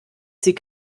sie